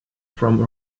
from